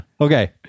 Okay